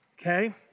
Okay